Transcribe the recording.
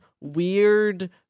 weird